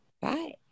Bye